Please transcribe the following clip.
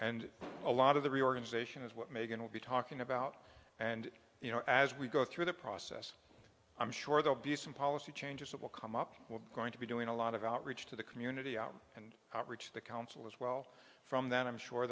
and a lot of the reorganization is what megan will be talking about and you know as we go through the process i'm sure they'll be some policy changes that will come up with going to be doing a lot of outreach to the community out and outreach to the council as well from that i'm sure